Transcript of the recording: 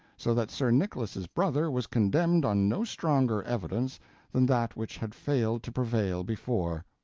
so that sir nicholas's brother was condemned on no stronger evidence than that which had failed to prevail before.